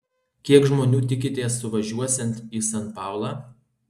kiek žmonių tikitės suvažiuosiant į san paulą